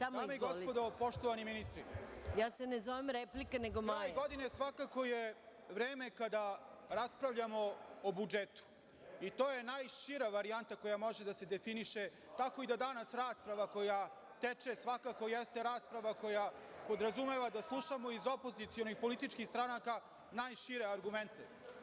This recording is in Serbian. Dame i gospodo, poštovani ministri, kraj godine svakako je vreme kada raspravljamo o budžetu i to je najšira varijanta koja može da se definiše tako, i da danas rasprava koja teče svakako jeste rasprava koja podrazumeva da slušamo iz opozicionih političkih stranaka najšire argumente.